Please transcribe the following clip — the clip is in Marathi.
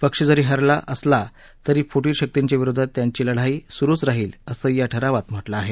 पक्ष जरी हरला असला तरी फुटीर शक्तींच्या विरोधात त्याची लढाई सुरुच राहील असंही या ठरावात म्हटलं आहे